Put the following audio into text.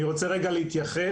אני רוצה רגע להתייחס